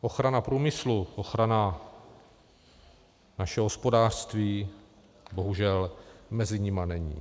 Ochrana průmyslu, ochrana našeho hospodářství bohužel mezi nimi není.